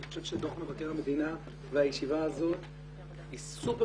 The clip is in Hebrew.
אני חושב שדוח מבקר המדינה והישיבה הזאת היא סופר